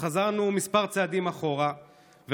חזרנו כמה צעדים אחורה,